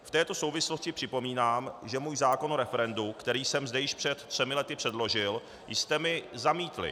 V této souvislosti připomínám, že můj zákon o referendu, který jsem zde již před třemi lety předložil, jste mi zamítli.